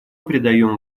придаем